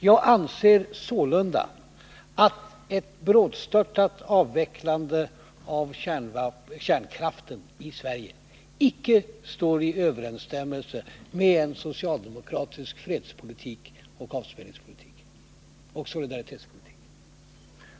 Jag anser sålunda att ett brådstörtat avvecklande av kärnkraften i Sverige icke står i överensstämmelse med socialdemokratisk fredspolitik, avspänningspolitik och solidaritetspolitik.